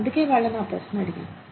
అందుకే వాళ్ళని ఈ ప్రశ్న అడిగాను